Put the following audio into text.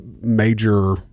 major